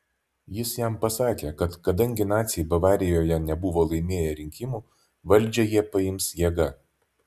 jis jam pasakė kad kadangi naciai bavarijoje nebuvo laimėję rinkimų valdžią jie paims jėga